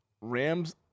Rams